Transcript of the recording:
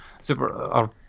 super